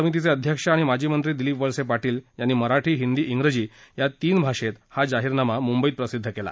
जाहीरनामा समितीचे अध्यक्ष आणि माजी मंत्री दिलीप वळसे पाटील यांनी मराठी हिंदी विजी या तीन भाषेत जाहिरनामा मुंबईत प्रसिद्ध केला